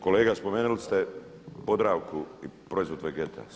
Kolega spomenuli ste Podravku i proizvod Vegeta.